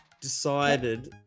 decided